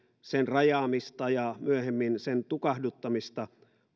sen rajaamista ja myöhemmin sen tukahduttamista